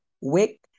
wick